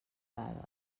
dades